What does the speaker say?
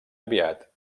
aviat